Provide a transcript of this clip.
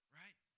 right